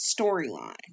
storyline